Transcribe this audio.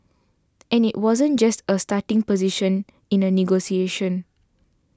and it wasn't just a starting position in a negotiation